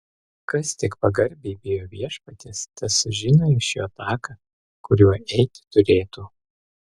kas tik pagarbiai bijo viešpaties tas sužino iš jo taką kuriuo eiti turėtų